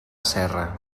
serra